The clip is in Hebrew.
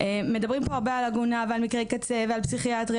מדברים פה הרבה על עגונה ועל מקרי קצה ועל פסיכיאטריה,